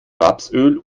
rapsöl